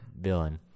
villain